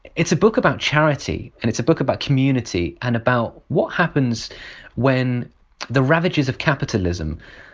it's a book about charity and it's a book about community and about what happens when the ravages of capitalism